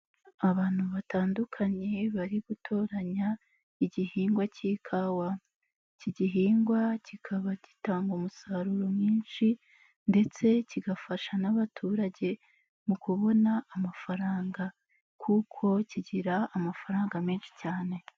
Abantu batandukanye bari gutoranya igihingwa cy'ikawa, iki gihingwa kikaba gitanga umusaruro mwinshi ndetse kigafasha n'abaturage mu kubona amafaranga kuko kigira amafaranga menshi cyane.